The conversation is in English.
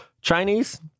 Chinese